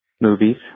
movies